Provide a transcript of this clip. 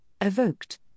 evoked